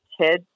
Kids